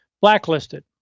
blacklisted